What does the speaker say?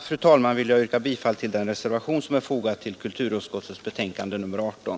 Med detta vill jag yrka bifall till den reservation som är fogad till kulturutskottets betänkande nr 18.